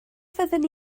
fydden